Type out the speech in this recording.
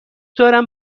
دارم